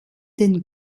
den